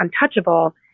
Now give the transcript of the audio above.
untouchable